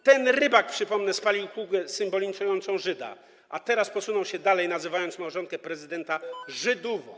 Ten Rybak, przypomnę, spalił kukłę symbolizującą Żyda, a teraz posunął się dalej, nazywając małżonkę prezydenta żydówą.